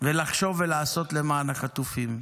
ולחשוב ולעשות למען החטופים.